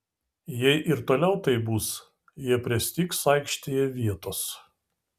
jei ir toliau taip bus jie pristigs aikštėje vietos